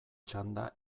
txanda